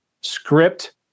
script